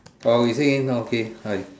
oh we say no okay